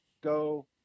go